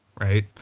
Right